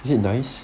is it nice